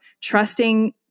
trusting